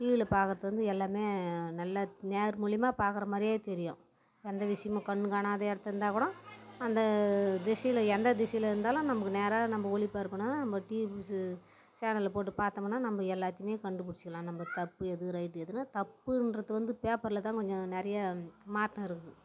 டிவியில் பார்க்கறது வந்து எல்லாமே நல்ல நேர் மூலிமா பார்க்கற மாதிரியே தெரியும் எந்த விஷயமும் கண்ணு காணாத இடத்துல இருந்தால் கூடும் அந்த திசையில் எந்த திசையில் இருந்தாலும் நமக்கு நேராக நம்ம ஒளிபரப்புனா நம்ம டிவி நியூஸு சேனலில் போட்டு பார்த்தோமுன்னா நம்ம எல்லாத்தையுமே கண்டுபுடிச்சிக்கலாம் நம்ம தப்பு எது ரைட்டு எதுன்னு தப்புன்றது வந்து பேப்பரில் தான் கொஞ்சம் நிறையா மாற்றம் இருக்குது